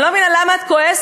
אני לא מבינה למה את כועסת,